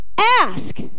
ask